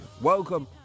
welcome